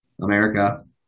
America